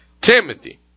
Timothy